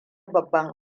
babban